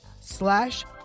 slash